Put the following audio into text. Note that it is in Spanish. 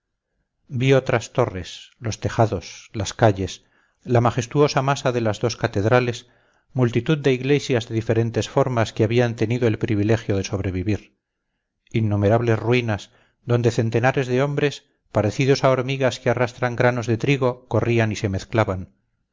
vi otras torres los tejados las calles la majestuosa masa de las dos catedrales multitud de iglesias de diferentes formas que habían tenido el privilegio de sobrevivir innumerables ruinas donde centenares de hombres parecidos a hormigas que arrastran granos de trigo corrían y se mezclaban